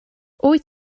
wyt